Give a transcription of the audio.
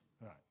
right